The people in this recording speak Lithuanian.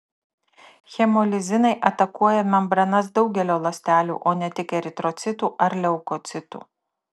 hemolizinai atakuoja membranas daugelio ląstelių o ne tik eritrocitų ar leukocitų